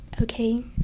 okay